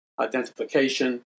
identification